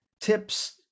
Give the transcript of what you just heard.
tips